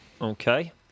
Okay